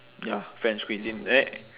ya french cuisine eh